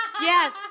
Yes